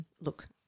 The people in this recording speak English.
look